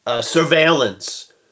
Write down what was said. surveillance